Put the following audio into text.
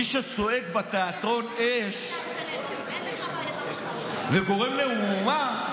מי שצועק בתיאטרון "אש" וגורם למהומה,